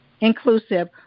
inclusive